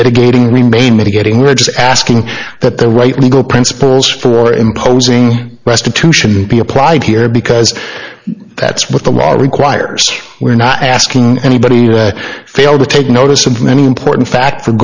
mitigating getting we're just asking that the right legal principles for imposing restitution be applied here because that's what the law requires we're not asking anybody failed to take notice of many important fact for